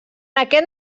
aquest